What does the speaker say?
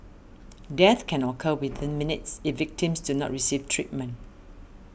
death can occur within minutes if victims do not receive treatment